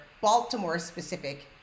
Baltimore-specific